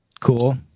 Cool